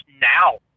now